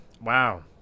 Wow